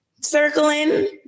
circling